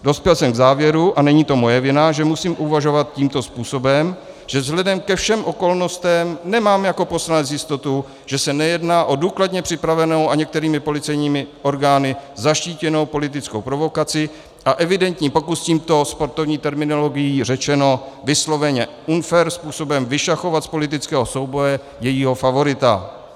Dospěl jsem k závěru a není to moje vina, že musím uvažovat tímto způsobem že vzhledem ke všem okolnostem nemám jako poslanec jistotu, že se nejedná o důkladně připravenou a některými policejními orgány zaštítěnou politickou provokaci a evidentní pokus tímto, sportovní terminologií řečeno, vysloveně unfair způsobem, vyšachovat z politického souboje jejího favorita.